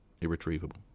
irretrievable